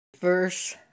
Verse